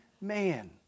man